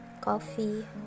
Coffee